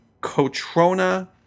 Cotrona